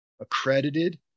accredited